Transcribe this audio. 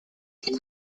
die